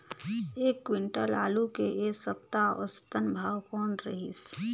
एक क्विंटल आलू के ऐ सप्ता औसतन भाव कौन रहिस?